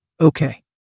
Okay